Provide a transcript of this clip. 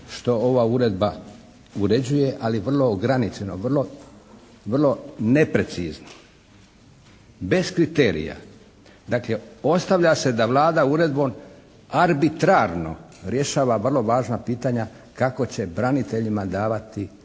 što ova uredba uređuje, ali vrlo ograničeno, vrlo neprecizno, bez kriterija. Dakle, ostavlja se da Vlada uredbom arbitrarno rješava vrlo važna pitanja kako će braniteljima davati kuće u